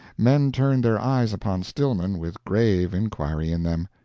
men turned their eyes upon stillman with grave inquiry in them.